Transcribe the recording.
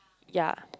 ya